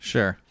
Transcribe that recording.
Sure